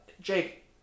Jake